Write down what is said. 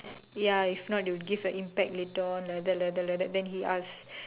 ya if not you'll give a impact later on like that like that like that then he ask